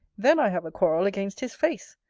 then i have a quarrel against his face,